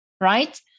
right